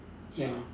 ya